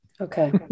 Okay